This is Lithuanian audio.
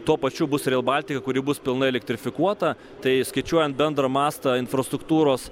tuo pačiu bus reilbaltika kuri bus pilnai elektrifikuota tai skaičiuojant bendrą mastą infrastruktūros